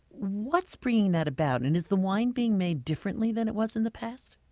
what's bringing that about? and is the wine being made differently than it was in the past?